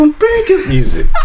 Music